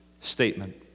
statement